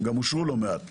וגם אושרו לא מעט.